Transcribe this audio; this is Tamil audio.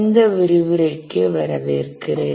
இந்த விரிவுரைக்கு வரவேற்கிறேன்